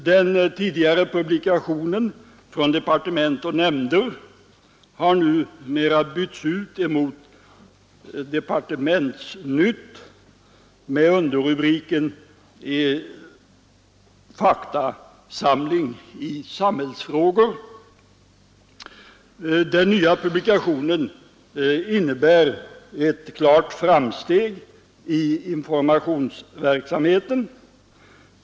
Den tidigare publikationen Från departement och nämnder har numera bytts ut emot Departementsnytt med underrubriken Faktasamling i samhällsfrågor. Den nya publikationen innebär ett klart framsteg i informationsverksamheten.